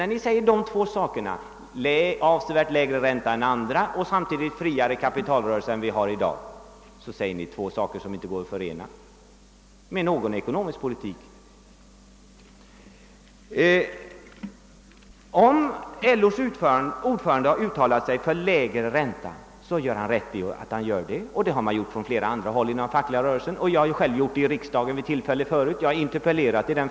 När ni anför dessa båda saker — avsevärt lägre ränta än andra och samtidigt friare kapitalrörelser än dem vi i dag har — är det två ting som inte går att förena med någon ekonomisk politik. Om LO:s ordförande uttalat sig för lägre ränta gör han rätt däri. Det har man gjort från flera andra håll inom den fackliga rörelsen, och jag har själv vid tillfälle gjort det tidigare i riksdagen.